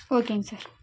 ஓகேங்க சார்